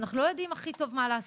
אנחנו לא יודעים הכי טוב מה לעשות,